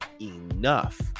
enough